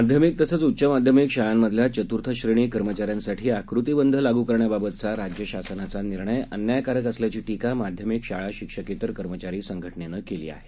माध्यमिक तसंच उच्च माध्यमिक शाळामधल्या चतुर्थश्रेणी कर्मचाऱ्यांसाठी आकृतीबंध लागू करण्याबाबतचा राज्य शासनाचा निर्णय अन्यायकारक असल्याची टीका माध्यमिक शाळा शिक्षकेतर कर्मचारी संघटनेनं केली आहे